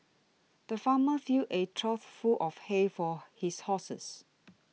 the farmer filled a trough full of hay for his horses